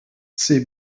ces